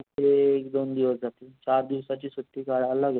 तिकडे एक दोन दिवस जातील चार दिवसाची सुट्टी काढायला लागेल